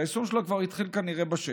שהיישום שלו כבר התחיל כנראה בשטח,